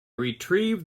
retrieved